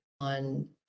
on